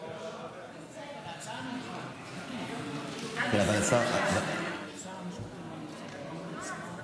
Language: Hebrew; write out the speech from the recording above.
חברי הכנסת צריכים לכבד את המליאה.